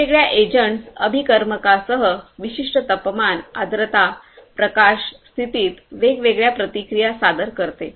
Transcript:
वेगवेगळ्या एजंट्सअभिकर्मकांसह विशिष्ट तापमान आर्द्रता प्रकाश स्थितीत वेगवेगळ्या प्रतिक्रिया सादर करणे